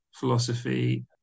philosophy